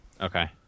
okay